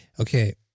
Okay